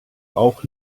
auch